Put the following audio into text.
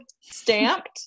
stamped